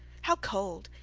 how cold,